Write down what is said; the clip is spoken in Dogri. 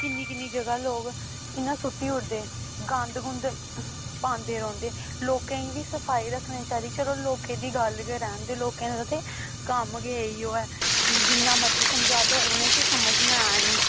किन्नी किन्नी जगह लोक इ'यां सुट्टी ओड़दे गंद गुंद पांदे रौंह्दे लोकें गी बी सफाई रक्खनी चाहिदी चलो लोकें दी गल्ल गै रैह्न दे लोकें ते कम्म गै एह् होऐ कि जिन्ना मर्जी समझा लो उ'नें ते समझना ऐ न